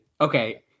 okay